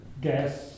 gas